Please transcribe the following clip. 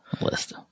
list